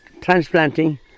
transplanting